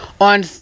On